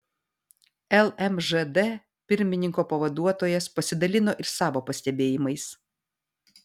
lmžd pirmininko pavaduotojas pasidalino ir savo pastebėjimais